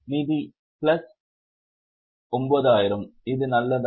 நிதி பிளஸ் 9000 இது நல்லதா